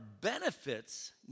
benefits